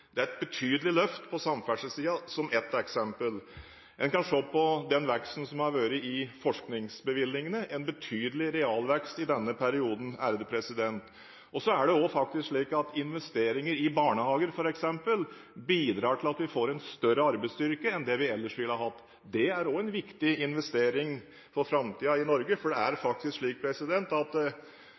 er det et betydelig løft på samferdselssiden, som ett eksempel. En kan se på veksten som har vært i forskningsbevilgningene – en betydelig realvekst i denne perioden. Det er slik at investeringer i barnehager, f.eks., bidrar til at vi får en større arbeidsstyrke enn det vi ellers ville hatt. Det er også en viktig investering for framtiden i Norge, for det er faktisk slik at